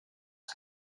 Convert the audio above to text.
sur